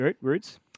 roots